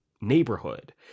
neighborhood